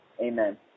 Amen